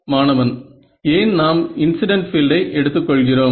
மாணவன் ஏன் நாம் இன்சிடென்ட் பீல்டை எடுத்துக் கொள்கிறோம்